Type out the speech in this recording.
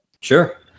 Sure